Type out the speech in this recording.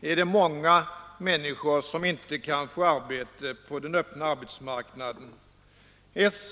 är det många människor som inte kan få arbete på den öppna arbetsmarknaden.